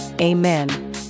Amen